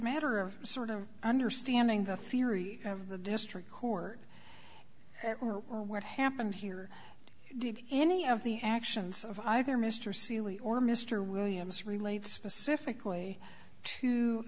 matter of sort of understanding the theory of the district court what happened here did any of the actions of either mr seely or mr williams relate specifically to